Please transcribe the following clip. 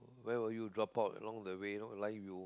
where will you drop out along the way lor like you